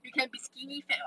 you can be skinny fat [what]